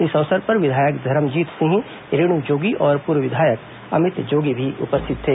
इस अवसर पर विधायक धरमजीत सिंह रेणु जोगी और पूर्व विधायक अमित जोगी भी उपस्थित थे